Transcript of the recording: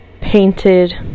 painted